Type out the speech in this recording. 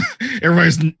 Everybody's